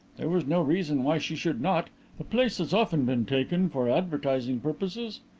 there was no reason why she should not the place has often been taken for advertising purposes.